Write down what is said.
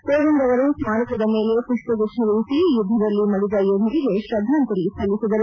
ಕೋವಿಂದ್ ಅವರು ಸ್ಮಾರಕದ ಮೇಲೆ ಪುಷ್ಪಗುಚ್ಚವಿರಿಸಿ ಯುದ್ದದಲ್ಲಿ ಮಡಿದ ಯೋಧರಿಗೆ ಶ್ರದ್ದಾಂಜಲಿ ಸಲ್ಲಿಸಿದರು